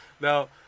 Now